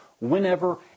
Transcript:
whenever